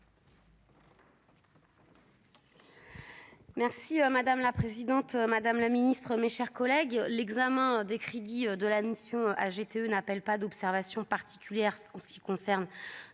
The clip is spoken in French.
Merci madame la présidente, Madame la Ministre, mes chers collègues, l'examen des crédits de la mission ah GTE n'appelle pas d'observation particulière en ce qui concerne